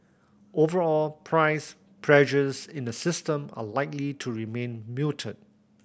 overall price pressures in the system are likely to remain muted